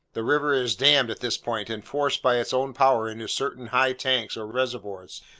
the river is dammed at this point, and forced by its own power into certain high tanks or reservoirs,